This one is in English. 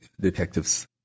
detectives